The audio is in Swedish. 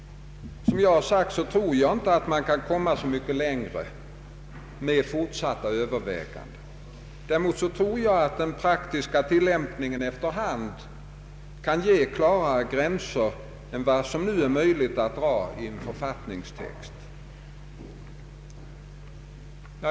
Jag tror inte man kan komma mycket längre med fortsatta överväganden. Däremot anser jag att den praktiska tillämpningen efter hand kan ge klarare gränser än vad som nu är möjligt att dra i författningstext.